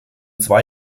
zwei